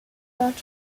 brought